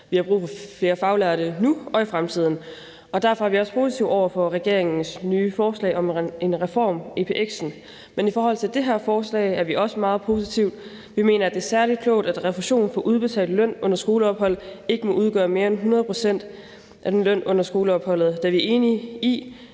Vi har brug for flere faglærte nu og i fremtiden, og derfor er vi også positive over for regeringens nye forslag om en reform af epx'en. Men i forhold til det her forslag er vi også meget positive. Vi mener, at det er særlig klogt, at refusion for udbetalt løn under skoleophold ikke må udgøre mere end 100 pct. af lønnen under skoleopholdet, da vi er enige i,